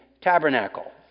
tabernacle